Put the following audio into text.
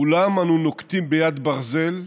מולם אנו נוקטים יד ברזל,